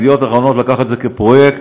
ידיעות אחרונות לקח את זה כפרויקט,